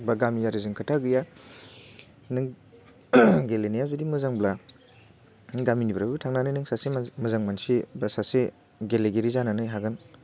बा गामियारिजों खोथा गैया नों गेलेनाया जुदि मोजांब्ला गामिनिफ्रायबो थांनानै नों सासे मानसि मोजां मानसि बा सासे गेलेगिरि जानानै हागोन